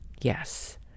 yes